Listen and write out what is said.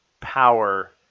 power